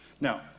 Now